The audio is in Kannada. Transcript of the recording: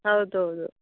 ಹೌದು ಹೌದು